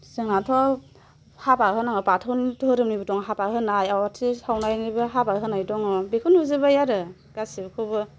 जोंनाथ' हाबा होनाया बाथौ धोरोमनिबो दं हाबा होनाय आवाथि सावनायनिबो हाबा होनाय दङ बेखौ नुजोब्बाय आरो गासैखौबो